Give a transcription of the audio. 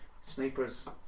snipers